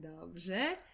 Dobrze